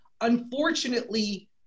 unfortunately